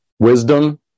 wisdom